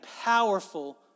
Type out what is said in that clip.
powerful